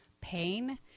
pain